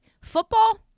Football